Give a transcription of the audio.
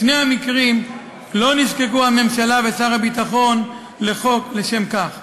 בשני המקרים לא נזקקו הממשלה ושר הביטחון לחוק לשם כך.